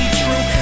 true